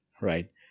right